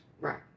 Right